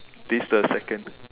this the second